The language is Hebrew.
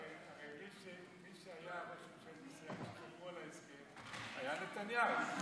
הרי מי שהיה ראש ממשלת ישראל כשדיברו על ההסכם היה נתניהו,